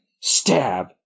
stab